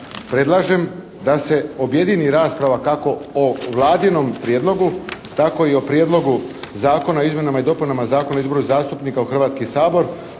predlažem da se objedini rasprava kako o vladinom prijedlogu tako i o prijedlogu Zakona o izmjenama i dopunama Zakona o izboru zastupnika u Hrvatski sabor